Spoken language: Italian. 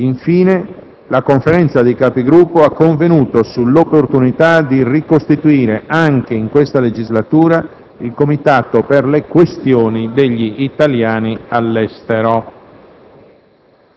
Infine, la Conferenza dei Capigruppo ha convenuto sull'opportunità di ricostituire anche in questa legislatura il Comitato per le questioni degli italiani all'estero.